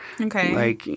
Okay